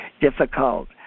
difficult